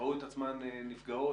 שראו את עצמן נפגעות.